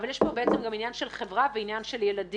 אבל יש פה בעצם גם עניין של חברה ועניין של ילדים.